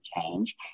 change